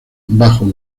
bajo